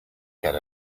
get